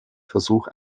versuch